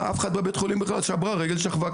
שכבה,